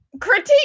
Critique